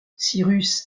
cyrus